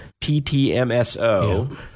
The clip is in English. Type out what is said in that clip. PTMSO